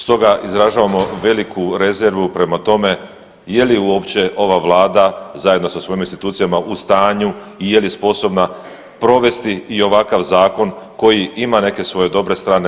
Stoga izražavamo veliku rezervu prema tome je li uopće ova vlada zajedno sa svojim institucijama u stanju i je li sposobna provesti i ovakav zakon koji ima neke svoje dobre strane.